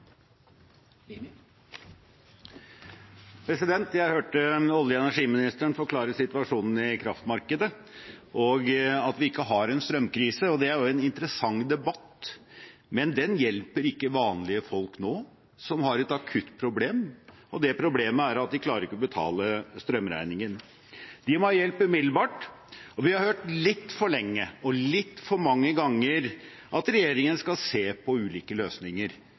Jeg hørte olje- og energiministeren forklare situasjonen i kraftmarkedet og at vi ikke har en strømkrise. Det er en interessant debatt, men den hjelper ikke vanlige folk nå, folk som har et akutt problem, og det problemet er at de ikke klarer å betale strømregningen. De må ha hjelp umiddelbart, og vi har hørt litt for lenge – og litt for mange ganger – at regjeringen skal se på ulike løsninger.